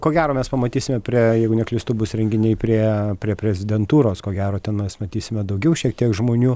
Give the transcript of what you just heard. ko gero mes pamatysime prie jeigu neklystu bus renginiai prie prie prezidentūros ko gero ten mes matysime daugiau šiek tiek žmonių